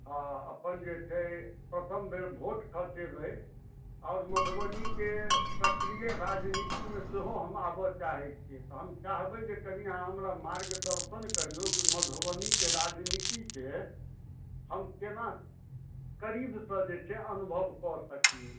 हँ अपन जे छै प्रथम बेर भोट खसेबै आओर मधुबनीके सक्रिय राजनीतिमे सेहो हम आबय चाहैत छियै तऽ हम चाहबै जे कनि अहाँ हमरा मार्गदर्शन करियौ कि मधुबनीके राजनीतिके हम केना करीबसँ जे छै अनुभव कऽ सकियै